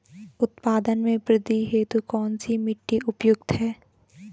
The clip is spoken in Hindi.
उत्पादन में वृद्धि हेतु कौन सी मिट्टी उपयुक्त है?